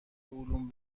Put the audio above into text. علوم